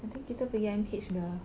I think kita pergi I_M_H sudah lah